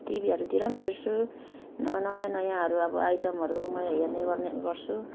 टिभीहरूतिर पनि हेर्छु नयाँ नयाँहरू अब आइटमहरू म हेर्ने गर्ने गर्छु